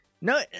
no